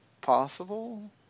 possible